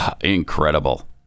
Incredible